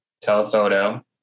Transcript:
telephoto